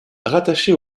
rattaché